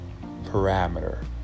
parameter